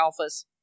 alphas